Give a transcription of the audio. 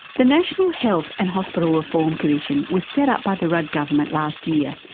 the national health and hospital reform commission was set up by the rudd government last year.